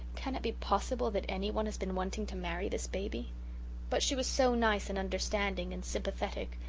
can it be possible that anyone has been wanting to marry this baby but she was so nice and understanding and sympathetic,